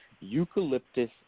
Eucalyptus